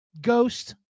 ghost